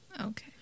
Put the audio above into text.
Okay